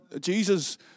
Jesus